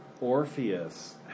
Orpheus